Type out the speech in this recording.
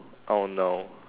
oh no